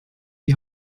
die